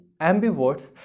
ambiverts